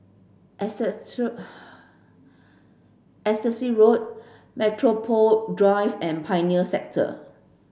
Exeter Exeter Sea Road Metropole Drive and Pioneer Sector